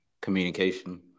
communication